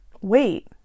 wait